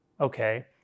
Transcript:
okay